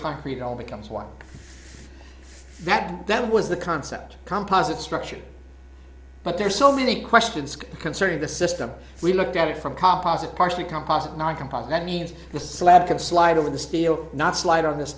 concrete all becomes one that that was the concept composite structure but there are so many questions concerning the system we looked at it from composite partially composite not composed that means the slab can slide over the steel not slide on th